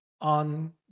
on